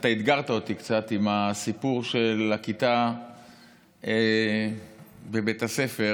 שאתה אתגרת אותי קצת עם הסיפור של הכיתה בבית הספר,